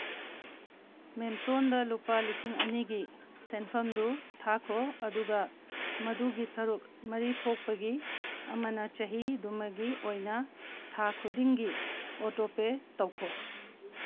ꯃꯦꯝꯇꯣꯟꯗ ꯂꯨꯄꯥ ꯂꯤꯁꯤꯡ ꯑꯅꯤꯒꯤ ꯁꯦꯟꯐꯝꯗꯨ ꯊꯥꯈꯣ ꯑꯗꯨꯒ ꯃꯗꯨꯒꯤ ꯁꯔꯨꯛ ꯃꯔꯤ ꯊꯣꯛꯄꯒꯤ ꯑꯃꯅ ꯆꯍꯤꯗꯨꯃꯒꯤ ꯑꯣꯏꯅ ꯊꯥ ꯈꯨꯗꯤꯡꯒꯤ ꯑꯣꯇꯣꯄꯦ ꯇꯧꯈꯣ